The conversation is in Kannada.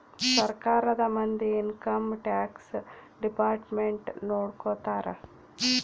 ಸರ್ಕಾರದ ಮಂದಿ ಇನ್ಕಮ್ ಟ್ಯಾಕ್ಸ್ ಡಿಪಾರ್ಟ್ಮೆಂಟ್ ನೊಡ್ಕೋತರ